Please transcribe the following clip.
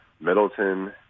Middleton